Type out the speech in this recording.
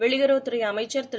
வெளியுறவுத் துறை அமைச்சர் திரு